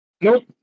Nope